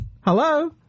Hello